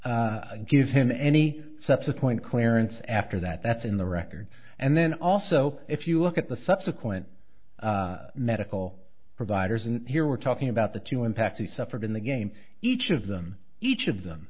not give him any subsequent clearance after that that's in the record and then also if you look at the subsequent medical providers and here we're talking about the two impact he suffered in the game each of them each of them